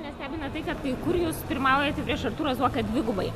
nestebina tai kad kai kur jūs pirmaujate prieš artūrą zuoką dvigubai